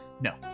No